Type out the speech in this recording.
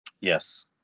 Yes